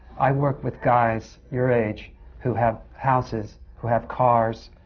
i work with guys your age who have houses, who have cars,